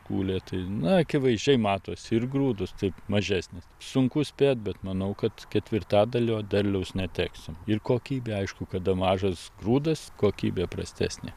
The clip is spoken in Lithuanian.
kūlė tai na akivaizdžiai matosi ir grūdus taip mažesnis sunku spėt bet manau kad ketvirtadalio derliaus neteksim ir kokybė aišku kada mažas grūdas kokybė prastesnė